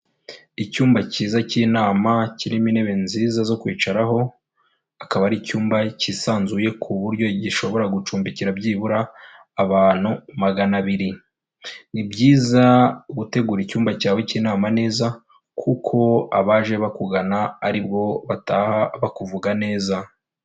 Icyumba cyiza cy'inama kirimo intebe nziza zo kwicaraho, akaba ari icyumba cyisanzuye ku buryo gishobora gucumbikira byibura abantu magana abiri, ni byiza gutegura icyumba cyawe cy'inama neza kuko abaje bakugana ari bwo bataha bakuvuga neza.